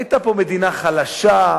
היתה פה מדינה חלשה,